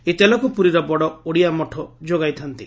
ଏହି ତେଲକୁ ପୁରୀର ବଡ଼ ଓଡ଼ିଆ ମଠ ଯୋଗାଇଥାନ୍ତି